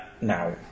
now